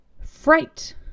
Fright